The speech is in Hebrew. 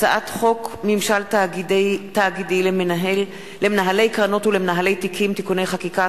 הצעת חוק ממשל תאגידי למנהלי קרנות ולמנהלי תיקים (תיקוני חקיקה),